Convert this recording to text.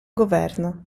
governo